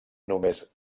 només